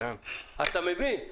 אתה מבין?